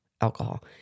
alcohol